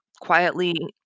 quietly